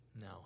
no